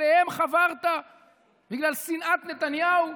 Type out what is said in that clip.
אליהם חברת בגלל שנאת נתניהו?